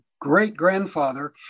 great-grandfather